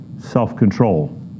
self-control